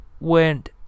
went